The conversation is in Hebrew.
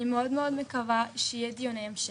אני מקווה מאוד שיהיו דיוני המשך,